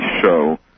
show